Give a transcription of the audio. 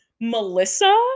melissa